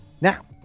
Now